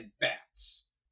bats